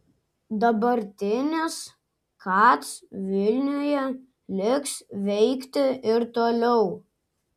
dabartinis kac vilniuje liks veikti ir toliau